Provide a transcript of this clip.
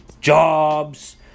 jobs